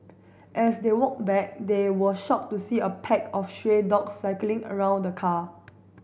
as they walked back they were shocked to see a pack of stray dogs circling around the car